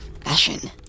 fashion